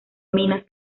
minas